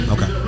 Okay